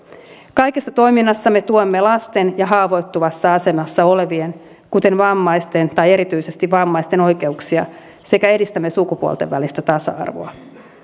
kaikessa toiminnassamme tuemme lasten ja haavoittuvassa asemassa olevien kuten erityisesti vammaisten oikeuksia sekä edistämme sukupuolten välistä tasa arvoa